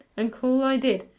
and call i did.